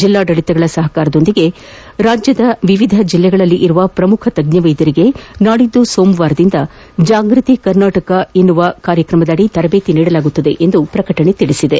ಜಿಲ್ಲಾಡಳತಗಳ ಸಹಕಾರದೊಂದಿಗೆ ರಾಜ್ಯದ ವಿವಿಧ ಜಿಲ್ಲೆಗಳಲ್ಲಿರುವ ಪ್ರಮುಖ ತಜ್ಞ ವೈದ್ಯರಿಗೆ ನಾಡಿದ್ದು ಸೋಮವಾರದಿಂದ ಜಾಗ್ಮತಿ ಕರ್ನಾಟಕ ಎಂಬ ಕಾರ್ಯಕ್ರಮದಡಿ ತರಬೇತಿ ನೀಡಲಾಗುತ್ತದೆ ಎಂದು ಪ್ರಕಟಣೆ ತಿಳಿಸಿದೆ